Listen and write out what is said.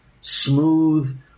smooth